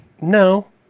No